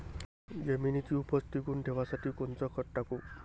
जमिनीची उपज टिकून ठेवासाठी कोनचं खत टाकू?